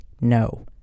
no